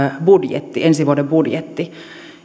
ensi vuoden budjetti